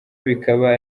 bikaba